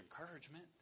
encouragement